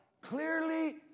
clearly